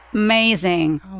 Amazing